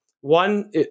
one